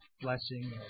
blessing